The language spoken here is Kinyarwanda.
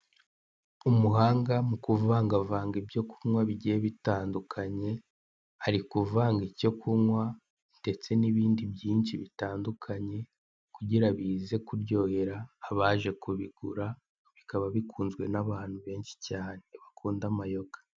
Umuhanga mu kuvanagavanga ibyo kunywa bigiye bitandukanye ari kuvanga icyo kunywa ndetse n'ibindi byinshi bitandukanye kugira bize kuryohera abaje kubigura bikaba bikunzwe n'abantu benshi cyane bakunda amayoga.